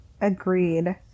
agreed